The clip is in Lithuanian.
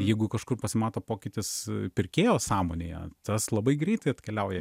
jeigu kažkur pasimato pokytis pirkėjo sąmonėje tas labai greitai atkeliauja